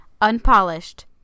Unpolished